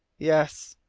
yes!